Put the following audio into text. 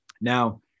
Now